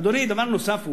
אדוני, דבר נוסף הוא,